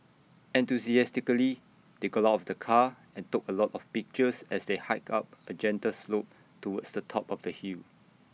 enthusiastically they got out of the car and took A lot of pictures as they hiked up A gentle slope towards the top of the hill